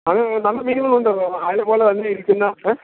അത് മിനിമം ഉണ്ട് ഇരിക്കുന്ന